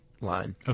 line